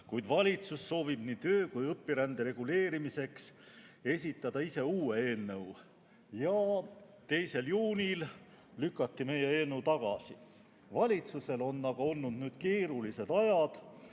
kuid valitsus soovib nii töö‑ kui ka õpirände reguleerimiseks esitada ise uue eelnõu. Ja 2. juunil lükati meie eelnõu tagasi. Valitsusel on aga olnud keerulised ajad